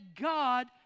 God